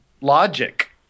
logic